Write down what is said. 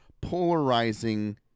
polarizing